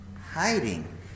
Hiding